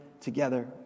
together